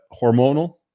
hormonal